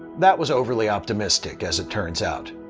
that was overly optimistic, as it turns out.